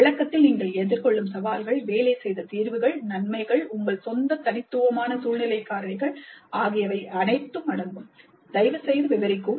விளக்கத்தில் நீங்கள் எதிர்கொள்ளும் சவால்கள் வேலை செய்த தீர்வுகள் நன்மைகள் உங்கள் சொந்த தனித்துவமான சூழ்நிலைக் காரணிகள் ஆகியவை அடங்கும் தயவுசெய்து விவரிக்கவும்